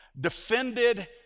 defended